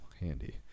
handy